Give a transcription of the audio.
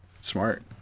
Smart